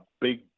big